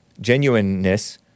genuineness